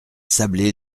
sablés